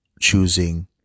choosing